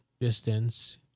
distance